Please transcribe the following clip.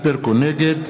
נגד